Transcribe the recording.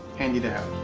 handy to have.